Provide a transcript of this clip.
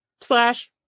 slash